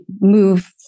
move